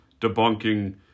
debunking